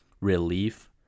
relief